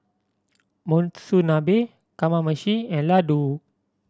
Monsunabe Kamameshi and Ladoo